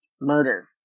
murder